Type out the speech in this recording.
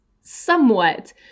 somewhat